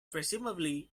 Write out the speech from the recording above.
presumably